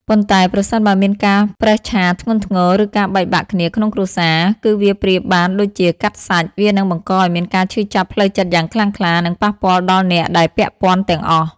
ប៉ុន្តែ ប្រសិនបើមានការប្រេះឆាធ្ងន់ធ្ងរ ឬការបែកបាក់គ្នាក្នុងគ្រួសារ គឺវាប្រៀបបានដូចជា កាត់សាច់ វានឹងបង្កឲ្យមានការឈឺចាប់ផ្លូវចិត្តយ៉ាងខ្លាំងក្លា និងប៉ះពាល់ដល់អ្នកដែលពាក់ព័ន្ធទាំងអស់។